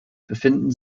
befinden